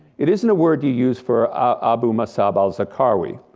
it isn't a word you use for abu musab al-zarqawi.